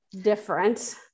different